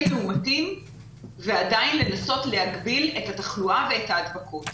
שירותים ועדיין לנסות להגביל את התחלואה ואת ההדבקות.